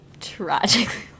Tragically